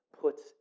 puts